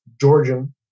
georgian